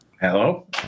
hello